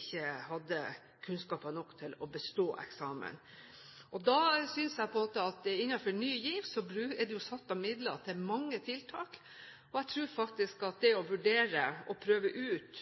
ikke hadde kunnskaper nok til å bestå eksamen. Innenfor Ny GIV er det jo satt av midler til mange tiltak. Da synes jeg at sommerskole og eksamen er et tiltak man burde prøve ut